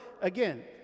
again